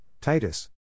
Titus